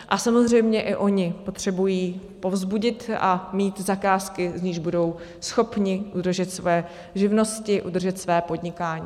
A samozřejmě i oni potřebují povzbudit a mít zakázky, z nichž budou schopni udržet svoje živnosti, udržet své podnikání.